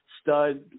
stud